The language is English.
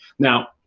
now,